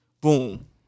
Boom